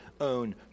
own